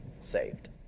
saved